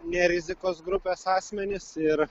ne rizikos grupės asmenys ir